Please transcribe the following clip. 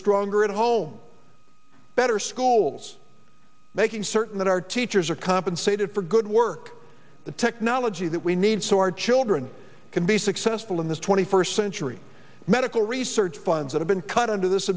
stronger at home better schools making certain that our teachers are compensated for good work the technology that we need so our children can be successful in this twenty first century medical research funds that have been cut under this